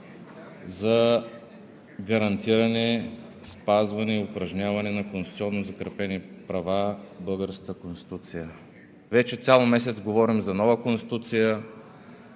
за гарантиране, спазване и упражняване на конституционно закрепени права в българската Конституция. Вече цял месец говорим за нова Конституция,